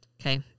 Okay